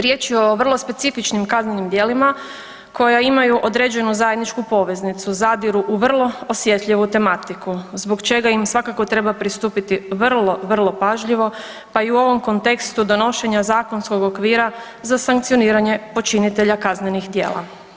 Riječ je o vrlo specifičnim kaznenim djelima koja imaju određenu zajedničku poveznicu, zadiru u vrlo osjetljivu tematiku zbog čega im svakako treba pristupiti vrlo, vrlo pažljivo pa i u ovom kontekstu donošenja zakonskog okvira za sankcioniranje počinitelja kaznenih djela.